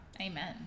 Amen